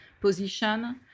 position